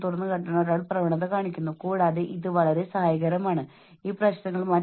അതിനാൽ കുറഞ്ഞതും ഫലപ്രദവുമായ പ്രതിബദ്ധത കുറയ്ക്കുന്ന പെരുമാറ്റ ഒഴിവാക്കൽ ഇത് സംഭവിക്കാം